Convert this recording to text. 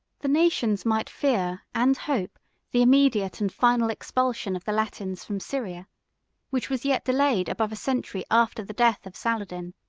the nations might fear and hope the immediate and final expulsion of the latins from syria which was yet delayed above a century after the death of saladin.